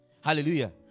Hallelujah